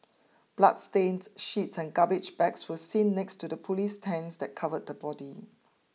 bloodstained sheets and garbage bags were seen next to the police tents that covered the body